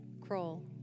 Kroll